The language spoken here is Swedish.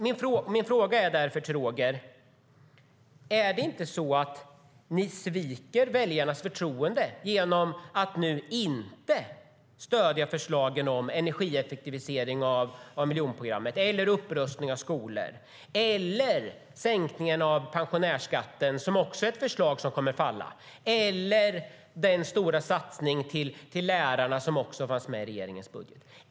Min fråga till Roger Hedlund är därför:Är det inte så att ni sviker väljarnas förtroende genom att nu inte stödja förslagen om energieffektivisering i miljonprogramsområdena, upprustning av skolor eller sänkningen av skatten för pensionärer som också är ett förslag som kommer att falla? Det gäller också den stora satsning på lärarna som fanns med i regeringens budget.